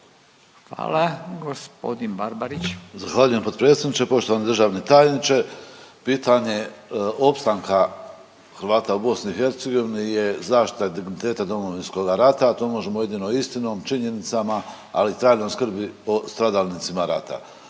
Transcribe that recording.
Nevenko (HDZ)** Zahvaljujem potpredsjedniče. Poštovani državni tajniče, pitanje opstanka Hrvata u BiH je zaštita digniteta Domovinskoga rata, a to možemo jedino istinom, činjenicama, ali i trajnom skrbi o stradalnicima rata.